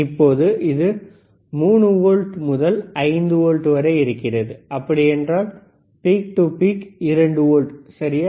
இப்போது இது 3 வோல்ட் முதல் 5 வோல்ட் வரை இருக்கிறது அப்படி என்றால் பீக் டு பீக் 2 வோல்ட் சரியா